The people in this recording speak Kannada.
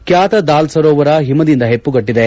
ಖ್ಯಾತ ದಲ್ ಸರೋವರ ಹಿಮದಿಂದ ಹೆಪ್ಪುಗಟ್ಲಿದೆ